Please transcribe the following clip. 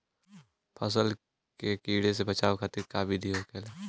फसल के कियेसे बचाव खातिन जैविक विधि का होखेला?